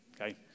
Okay